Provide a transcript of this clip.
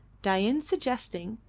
dain suggesting,